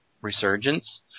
Resurgence